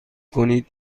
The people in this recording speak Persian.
کنید